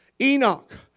Enoch